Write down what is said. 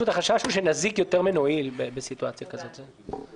החשש הוא שנזיק יותר מנועיל במצב כזה.